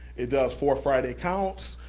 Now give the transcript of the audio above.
it does four friday counts,